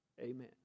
Amen